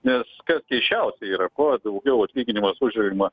nes kas keisčiausia yra kuo daugiau atlyginimas užima